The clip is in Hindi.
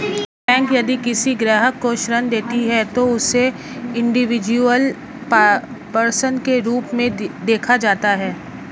बैंक यदि किसी ग्राहक को ऋण देती है तो उसे इंडिविजुअल पर्सन के रूप में देखा जाता है